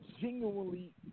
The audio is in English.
genuinely